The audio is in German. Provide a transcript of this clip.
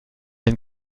denn